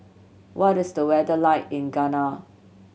what is the weather like in Ghana